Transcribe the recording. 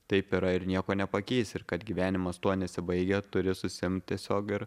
taip yra ir nieko nepakeisi ir kad gyvenimas tuo nesibaigia turi susiimt tiesiog ir